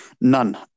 None